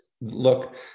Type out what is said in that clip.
look